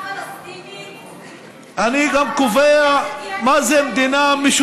אתה לא רוצה מדינה פלסטינית?